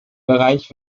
bereich